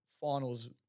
Finals